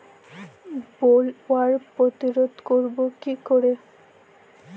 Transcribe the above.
Bollworm প্রতিরোধ করব কি করে?